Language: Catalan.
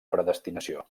predestinació